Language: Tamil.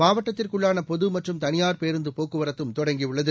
மாவட்டத்திற்குள்ளான பொது மற்றும் தனியார் பேருந்து போக்குவரத்தும் தொடங்கியுள்ளது